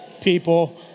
people